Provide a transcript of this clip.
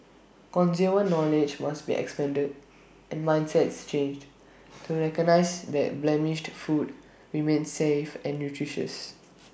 consumer knowledge must be expanded and mindsets changed to recognise that blemished food remains safe and nutritious